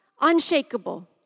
unshakable